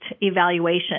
evaluation